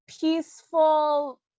peaceful